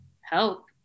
help